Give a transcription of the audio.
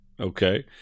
Okay